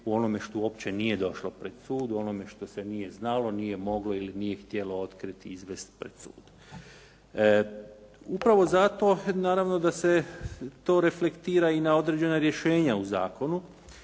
u onome što uopće nije došlo pred sud, u onome što se nije znalo, nije moglo ili nije htjelo otkriti, izvesti pred sud. Upravo zato naravno da se to reflektira i na određena rješenja u zakonu.